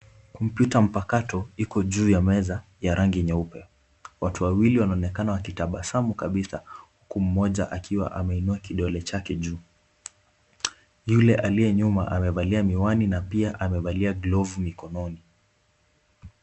Kompyuta mpakato iko juu ya meza ya rangi nyeupe. Watu wawili wanaonekana wakitabasamu kabisa huku mmoja akiwa ameinua kidole chake juu. Yule aliye nyuma amevalia miwani na pia amevalia glovu mikononi.